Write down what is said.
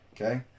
okay